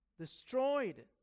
destroyed